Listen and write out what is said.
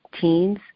teens